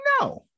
no